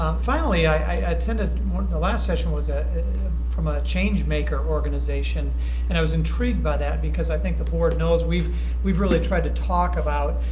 um finally i attended, the last session was from a changemaker organization and i was intrigued by that because i think the board knows we've we've really tried to talk about